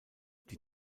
die